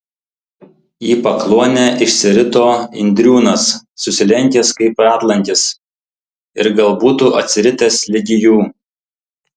į pakluonę išsirito indriūnas susilenkęs kaip ratlankis ir gal būtų atsiritęs ligi jų